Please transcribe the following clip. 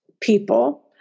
people